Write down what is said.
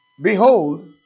Behold